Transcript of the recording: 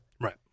Right